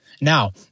Now